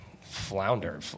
flounder